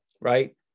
Right